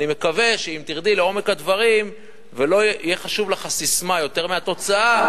אני מקווה שאם תרדי לעומק הדברים ולא תהיה חשובה לך הססמה יותר מהתוצאה,